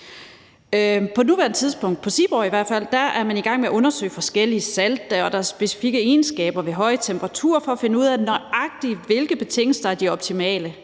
På nuværende tidspunkt er man i hvert fald på Seaborg Technologies i gang med at undersøge forskellige salte og deres specifikke egenskaber ved høje temperaturer for at finde ud af, nøjagtig hvilke betingelser der er de optimale.